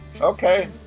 Okay